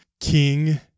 king